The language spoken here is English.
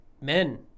men